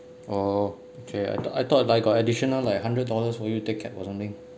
orh okay I thought I thought like got additional like hundred dollars for you to take cab or something